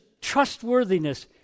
trustworthiness